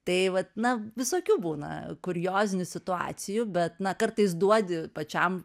tai vat na visokių būna kuriozinių situacijų bet na kartais duodi pačiam